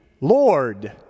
Lord